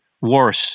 worse